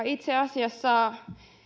itse asiassa